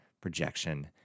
projection